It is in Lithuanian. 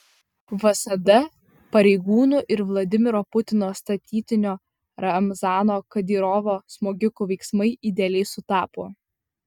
vsd pareigūnų ir vladimiro putino statytinio ramzano kadyrovo smogikų veiksmai idealiai sutapo